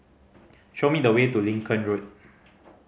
show me the way to Lincoln Road